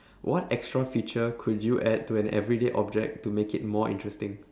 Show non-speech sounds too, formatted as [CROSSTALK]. [BREATH] what extra feature could you add to an everyday object to make it more interesting